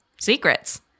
secrets